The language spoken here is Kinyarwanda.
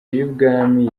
y’umwami